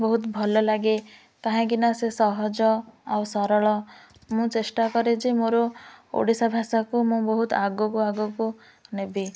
ବହୁତ ଭଲ ଲାଗେ କାହିଁକିନା ସେ ସହଜ ଆଉ ସରଳ ମୁଁ ଚେଷ୍ଟା କରେ ଯେ ମୋର ଓଡ଼ିଶା ଭାଷାକୁ ମୁଁ ବହୁତ ଆଗକୁ ଆଗକୁ ନେବି